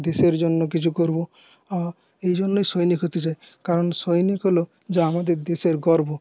দেশের জন্য কিছু করব এই জন্যই সৈনিক হতে চাই কারণ সৈনিক হলে যে আনন্দ দেশের গর্ব